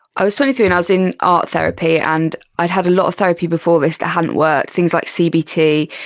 i was twenty three and i was in art therapy and i'd had a lot of therapy before this that hadn't worked, things like cbt,